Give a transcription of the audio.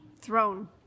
throne